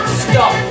stop